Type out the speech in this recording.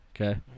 Okay